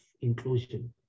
inclusion